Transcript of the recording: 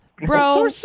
Bro